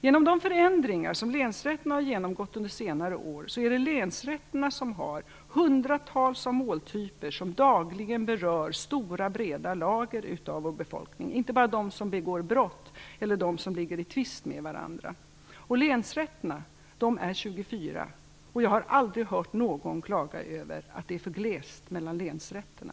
Genom de förändringar som länsrätterna har genomgått under senare år är det länsrätterna som har hundratals måltyper som dagligen berör stora breda lager av vår befolkning och inte bara dem som begår brott eller ligger i tvist med varandra. Länsrätterna är 24 till antalet. Jag har aldrig hört någon klaga över att det är för glest mellan länsrätterna.